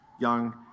Young